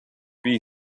http